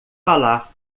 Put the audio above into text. falar